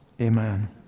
Amen